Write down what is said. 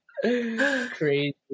Crazy